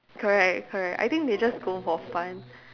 correct correct I think they just go for fun